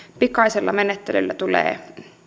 pikaisella menettelyllä tulee